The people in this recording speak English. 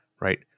right